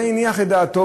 זה הניח את דעתו.